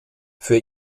für